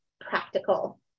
practical